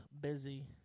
busy